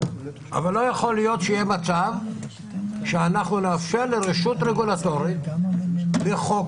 אבל לא יכול להיות שאנחנו נאפשר לרשות רגולטורית לחוקק